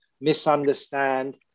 misunderstand